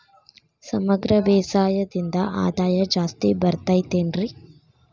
ಸಮಗ್ರ ಬೇಸಾಯದಿಂದ ಆದಾಯ ಜಾಸ್ತಿ ಬರತೈತೇನ್ರಿ?